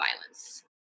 violence